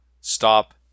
stop